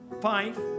Five